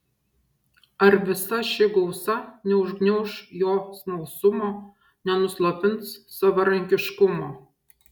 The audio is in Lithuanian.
ar visa ši gausa neužgniauš jo smalsumo nenuslopins savarankiškumo